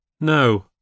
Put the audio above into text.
No